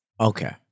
Okay